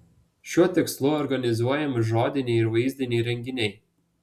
šiuo tikslu organizuojami žodiniai ir vaizdiniai renginiai